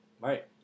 Right